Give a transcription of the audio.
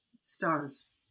stars